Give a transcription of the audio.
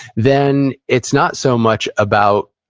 then, it's not so much about